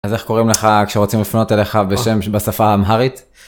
איך קוראים לך כשרוצים לפנות אליך בשם שבשפה האהמרית.